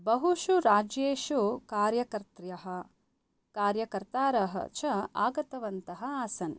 बहुषु राज्येषु कार्यकर्त्र्यः कार्यकर्तारः च आगतवन्तः आसन्